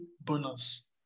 bonus